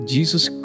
Jesus